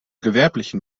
gewerblichen